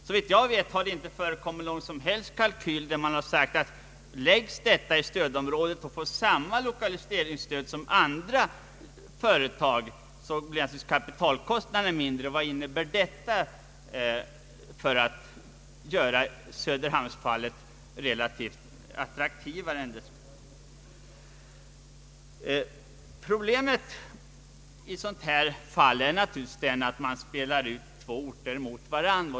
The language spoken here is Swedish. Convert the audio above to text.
Såvitt jag vet har det inte förekommit någon kalkyl där man sagt att om inrättningen förläggs i stödområdet och får samma lokaliseringsstöd som andra företag, blir kapitalkostnaderna så eller så mycket mindre. Vad innebär detta för att göra Söderhamnsfallet relativt attraktivare? Problemet i sådana här fall är att man spelar ut två orter mot varandra.